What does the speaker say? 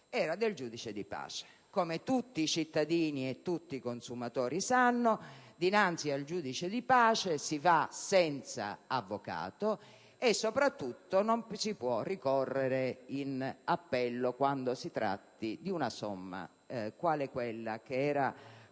era del giudice di pace. Come tutti i cittadini e tutti i consumatori sanno, dinanzi al giudice di pace si va senza avvocato e soprattutto non si può, quando si tratti di una somma quale quella che era